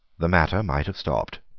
the matter might have stopped.